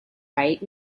right